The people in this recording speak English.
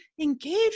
engage